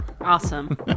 Awesome